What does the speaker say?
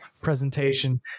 presentation